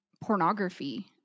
pornography